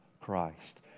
Christ